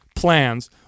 plans